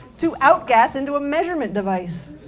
to outgas into a measurement device.